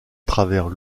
travers